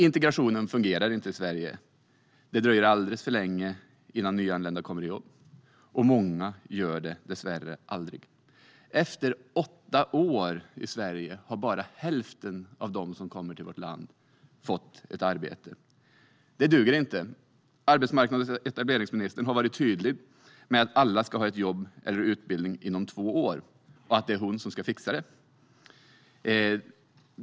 Integrationen fungerar inte i Sverige. Det dröjer alldeles för länge innan nyanlända kommer i jobb. Många gör det dessvärre aldrig. Efter åtta år i Sverige har bara hälften av dem som kommer till vårt land fått ett arbete. Det duger inte. Arbetsmarknads och etableringsministern har varit tydlig med att alla ska ha jobb eller utbildning inom två år och att det är hon som ska fixa det.